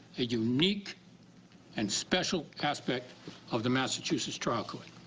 a unique and special aspect of the massachusetts trial court.